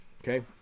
Okay